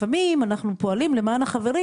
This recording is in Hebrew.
לפעמים אנחנו פועלים למען החברים,